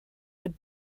would